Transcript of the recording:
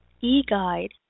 e-guide